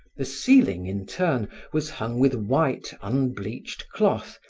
the ceiling, in turn, was hung with white, unbleached cloth,